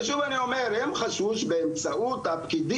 ושוב אני אומר הם חשבו שבאמצעות הפקידים